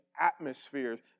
atmospheres